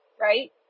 right